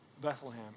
Bethlehem